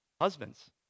Husbands